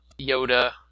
Yoda